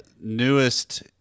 newest